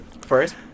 First